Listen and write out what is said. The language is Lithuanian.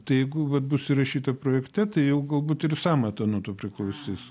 tai jeigu vat bus įrašyta projekte tai jau galbūt ir sąmata nuo to priklausys